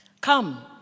Come